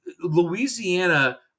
Louisiana